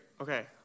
Okay